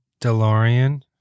DeLorean